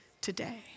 today